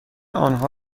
آنها